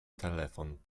telefon